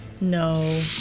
No